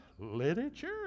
literature